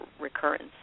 recurrence